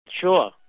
Sure